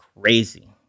crazy